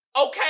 Okay